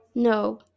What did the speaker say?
no